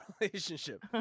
relationship